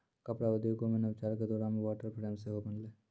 कपड़ा उद्योगो मे नवाचार के दौरो मे वाटर फ्रेम सेहो बनलै